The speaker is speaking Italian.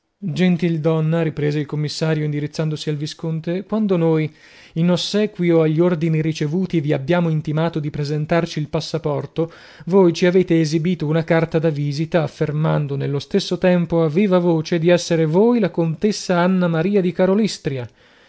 gentildonna riprese il commissario indirizzandosi al visconte quando noi in ossequio agli ordini ricevuti vi abbiamo intimato di presentarci il passaporto voi ci avete esibito una carta da visita affermando nello stesso tempo a viva voce di essere voi la contessa anna maria di